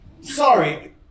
Sorry